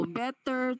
better